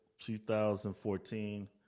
2014